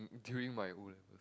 mm during my O-levels